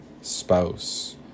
spouse